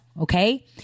Okay